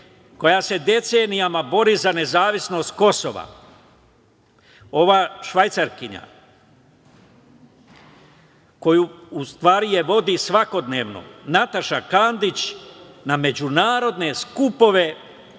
koja se decenijama bori za nezavisnost Kosova? Ova Švajcarkinja koju vodi svakodnevno Nataša Kandić na međunarodne skupove